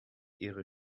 ihre